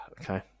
Okay